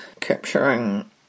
capturing